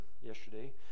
yesterday